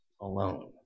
alone